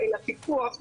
אלא פיקוח,